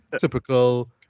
typical